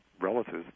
relatives